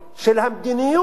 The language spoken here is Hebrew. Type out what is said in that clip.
של המדיניות